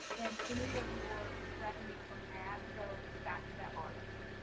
in any of your revenue from ads goes back to that artist.